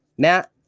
Matt